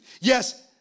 yes